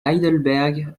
heidelberg